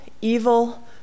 evil